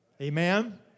Amen